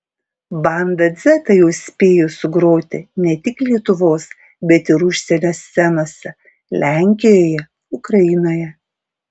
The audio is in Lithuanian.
banda dzeta jau spėjo sugroti ne tik lietuvos bet ir užsienio scenose lenkijoje ukrainoje